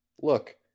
Look